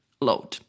load